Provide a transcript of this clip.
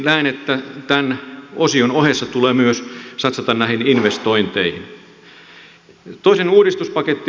näen että tämän osion ohessa tulee myös satsata näihin investointeihin